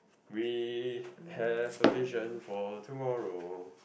we have a vision for tomorrow